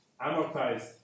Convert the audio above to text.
amortized